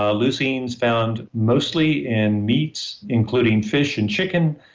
um leucine is found mostly in meats, including fish and chicken,